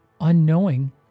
unknowing